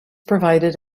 provided